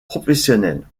professionnel